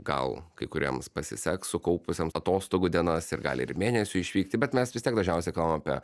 gal kai kuriems pasiseks sukaupusiems atostogų dienas jie gali ir mėnesiui išvykti bet mes vis tiek dažniausiai kalbam apie